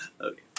Okay